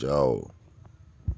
جاؤ